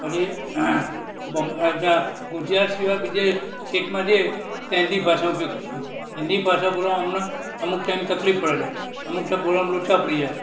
પછી ત્યાં ગુજરાત સિવાય બીજે સ્ટેટમાં જઈએ ત્યાં હિન્દી ભાષાનો ઉપયોગ કરવો પડે હિન્દી ભાષા બોલવામાં અમને અમુક ટાઈમ તકલીફ પડે છે અમુક ટાઈમ બોલવામાં લોચા વળી જાય